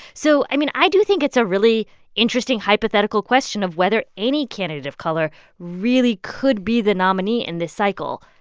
so i mean, i do think it's a really interesting hypothetical question of whether any candidate of color really could be the nominee in this cycle,